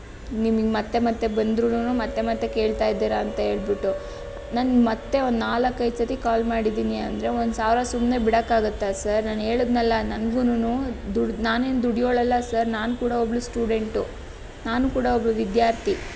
ನಿಮಗೆ ಮತ್ತೆ ಮತ್ತೆ ಬಂದ್ರೂನು ಮತ್ತೆ ಮತ್ತೆ ಕೇಳ್ತಾ ಇದ್ದೀರಾ ಅಂತ ಹೇಳಿಬಿಟ್ಟು ನಾನು ಮತ್ತೆ ಒಂದು ನಾಲ್ಕೈದು ಸತಿ ಕಾಲ್ ಮಾಡಿದ್ದೀನಿ ಅಂದರೆ ಒಂದು ಸಾವಿರ ಸುಮ್ಮನೆ ಬಿಡೋಕ್ಕಾಗತ್ತಾ ಸರ್ ನಾನು ಹೇಳಿದೆನಲ್ಲ ನನ್ಗೂನು ದುಡ್ಡು ನಾನೇನು ದುಡಿಯೋಳಲ್ಲ ಸರ್ ನಾನು ಕೂಡ ಒಬ್ಬಳು ಸ್ಟೂಡೆಂಟ್ ನಾನು ಕೂಡ ಒಬ್ಬಳು ವಿದ್ಯಾರ್ಥಿ